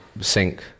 sink